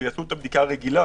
יעשו את הבדיקה הרגילה,